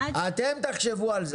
אתם תחשבו על זה.